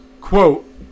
Quote